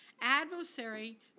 Adversary